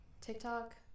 TikTok